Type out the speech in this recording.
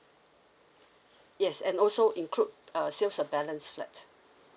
yes and also include uh sales of balance flat